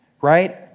right